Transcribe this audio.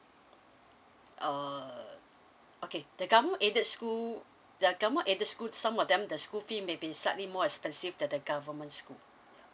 err okay the government aided school the government aided school some of them the school fee maybe slightly more expensive than the government school yup